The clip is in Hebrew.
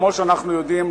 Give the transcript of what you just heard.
כמו שאנחנו יודעים,